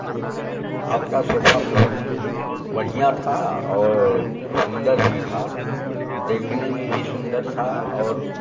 हाँ आपका सोफा बहुत बढ़िया था और सुंदर भी था देखने में भी सुंदर था और